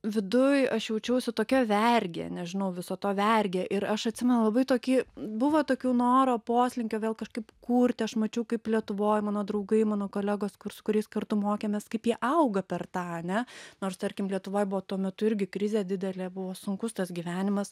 viduj aš jaučiausi tokia vergė nežinau viso to vergė ir aš atsimenu labai tokie buvo tokių noro poslinkio vėl kažkaip kurti aš mačiau kaip lietuvoj mano draugai mano kolegos kur su kuriais kartu mokėmės kaip jie auga per tą ane nors tarkim lietuvoj buvo tuo metu irgi krizė didelė buvo sunkus tas gyvenimas